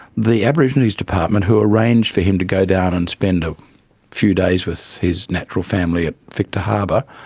the aborigines department who arranged for him to go down and spend a few days with his natural family at victor harbour,